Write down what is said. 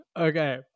okay